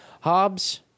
Hobbs